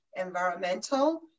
environmental